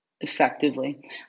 effectively